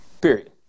period